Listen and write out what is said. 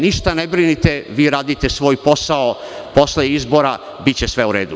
Ništa ne brinite, vi radite svoj posao, posle izbora biće sve u redu.